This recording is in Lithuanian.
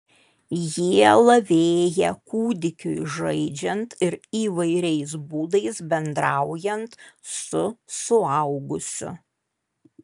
jie lavėja kūdikiui žaidžiant ir įvairiais būdais bendraujant su suaugusiu